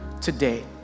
today